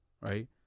right